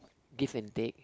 give and take